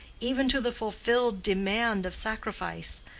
even to the fulfilled demand of sacrifice,